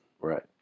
Right